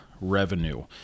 revenue